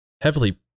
heavily